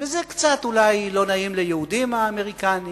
וזה קצת אולי לא נעים ליהודים האמריקנים